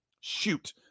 Shoot